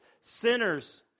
sinners